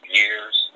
years